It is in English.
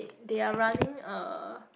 they are running a